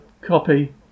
copy